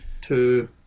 two